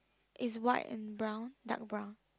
is white and brown dark brown